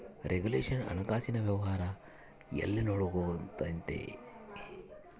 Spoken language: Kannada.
ರೆಗುಲೇಷನ್ ಹಣಕಾಸಿನ ವ್ಯವಹಾರ ಎಲ್ಲ ನೊಡ್ಕೆಂತತೆ